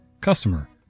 Customer